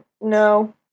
No